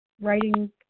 writing